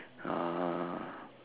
ah